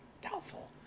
Doubtful